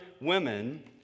women